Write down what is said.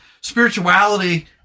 spirituality